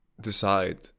decide